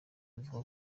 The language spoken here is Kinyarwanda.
avuga